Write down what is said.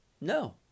no